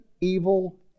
evil